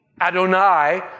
Adonai